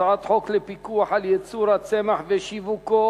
הצעת חוק לפיקוח על ייצור הצמח ושיווקו,